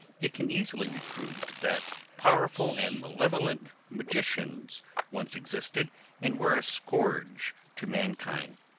it can easily be proved that powerful and malevolent magicians once existed and were a scourge to mankind.